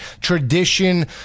tradition